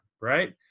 Right